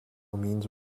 means